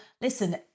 listen